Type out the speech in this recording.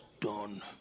done